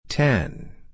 Ten